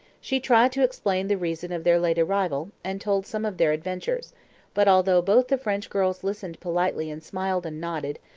she tried to explain the reason of their late arrival, and told some of their adventures but, although both the french girls listened politely and smiled and nodded,